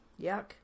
yuck